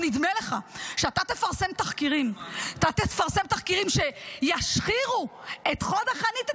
אם נדמה לך שאתה תפרסם תחקירים שישחירו את חוד החנית,